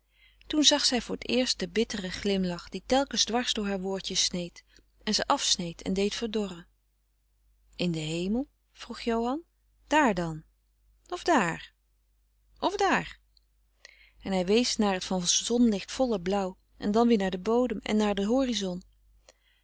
toen zag zij voor t eerst den bitteren glimlach die telkens dwars door haar woordjes sneed en ze afsneed en deed verdorren in den hemel vroeg johan daar dan of daar of daar en hij wees naar t van zonlicht volle blauw en dan weer naar den bodem en naar den horizon